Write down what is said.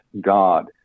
God